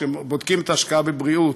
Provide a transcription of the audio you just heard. כשבודקים את ההשקעה בבריאות,